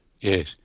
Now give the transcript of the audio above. yes